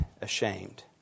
ashamed